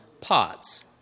pots